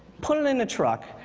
put it in a truck,